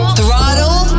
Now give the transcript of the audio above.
Throttle